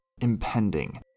impending